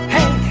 Hey